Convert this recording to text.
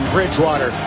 Bridgewater